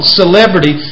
celebrity